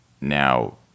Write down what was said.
now